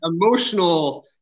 emotional